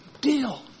deal